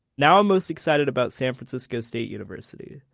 now i'm most excited about san francisco state university,